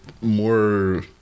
more